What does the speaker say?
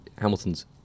Hamilton's